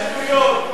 איזה שטויות.